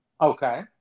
okay